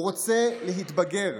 הוא רוצה להתבגר,